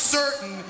certain